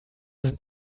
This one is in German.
sind